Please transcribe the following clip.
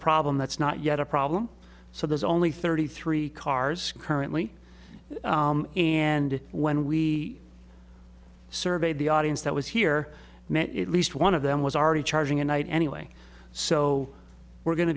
problem that's not yet a problem so there's only thirty three cars currently and when we surveyed the audience that was here met at least one of them was already charging a night anyway so we're going to